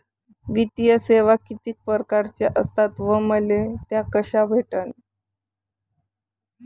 वित्तीय सेवा कितीक परकारच्या असतात व मले त्या कशा भेटन?